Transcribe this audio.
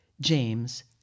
James